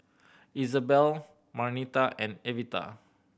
Izabelle Marnita and Evita